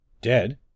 Dead